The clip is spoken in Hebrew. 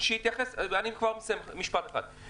לפני שאפתח את הדיון,